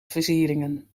versieringen